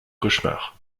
cauchemar